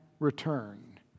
return